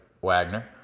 Wagner